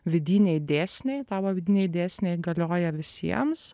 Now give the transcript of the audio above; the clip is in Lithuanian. vidiniai dėsniai tavo vidiniai dėsniai galioja visiems